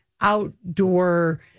outdoor